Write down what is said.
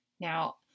Now